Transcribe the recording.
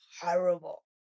horrible